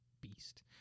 beast